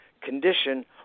condition